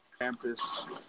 campus